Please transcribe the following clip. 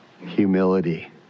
Humility